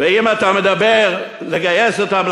ואם אתה מדבר לגייס אותם,